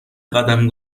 قدم